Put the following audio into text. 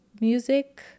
Music